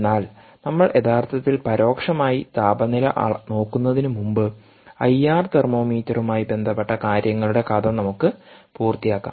എന്നാൽ നമ്മൾ യഥാർത്ഥത്തിൽ പരോക്ഷമായി താപനില നോക്കുന്നതിന് മുമ്പ് ഐആർ തെർമോമീറ്ററുമായി ബന്ധപ്പെട്ട കാര്യങ്ങളുടെ കഥ നമുക്ക് പൂർത്തിയാക്കാം